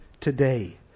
today